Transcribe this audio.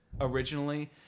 originally